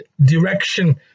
direction